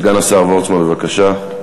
סגן השר וורצמן, בבקשה.